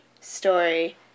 story